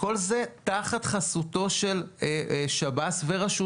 כל זה תחת חסותם של שירות בתי הזוהר ורשות